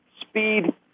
speed